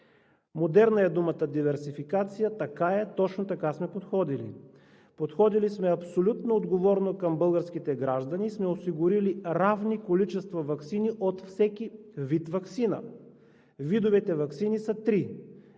Модерна е думата „диверсификация“, така е и точно така сме подходили. Подходили сме абсолютно отговорно към българските граждани и сме осигурили равни количества ваксини от всеки вид ваксина. Видовете ваксини са три.